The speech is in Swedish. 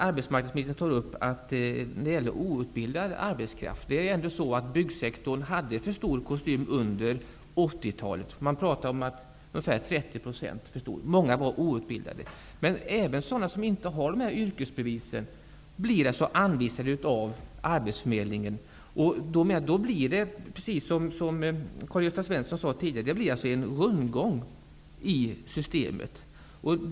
Arbetsmarknadsministern tar i svaret även upp den outbildade arbetskraften. Byggsektorn hade under 80-talet en för stor kostym. Det talas om att den var ungefär 30 % för stor. Många av dessa arbetare var outbildade. Men även sådana som inte har dessa yrkesbevis blir anvisade av arbetsförmedlingen. Då blir det, precis som Karl-Gösta Svenson sade, en rundgång i systemet.